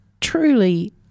truly